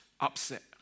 upset